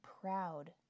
proud